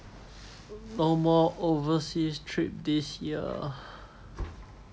no more overseas trip this year